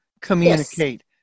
communicate